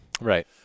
Right